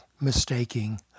mistaking